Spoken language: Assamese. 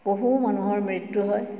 বহু মানুহৰ মৃত্যু হয়